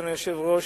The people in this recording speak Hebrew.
אדוני היושב-ראש,